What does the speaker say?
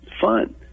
Fun